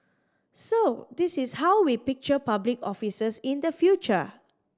so this is how we picture public officers in the future